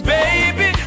Baby